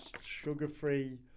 sugar-free